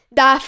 da